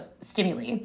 stimuli